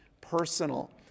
personal